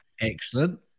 Excellent